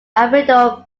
alfredo